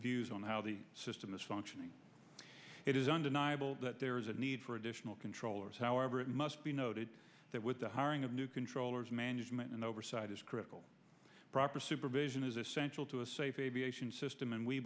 views on how the system is functioning it is undeniable that there is a need for additional controllers however it must be noted that with the hiring of new controllers management and oversight is critical proper supervision is essential to a safe aviation system and we